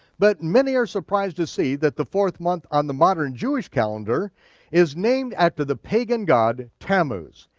but many are surprised to see that the fourth month on the modern jewish calendar is named after the pagan god tammuz.